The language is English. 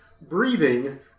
breathing